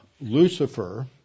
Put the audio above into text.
Lucifer